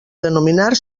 denominar